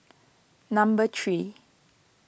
number three